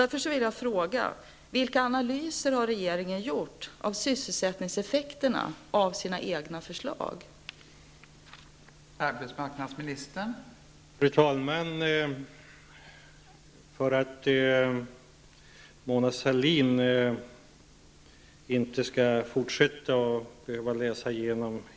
Därför vill jag fråga vilka analyser av sysselsättningseffekterna av sina egna förslag som regeringen har gjort.